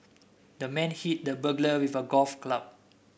the man hit the burglar with a golf club